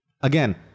Again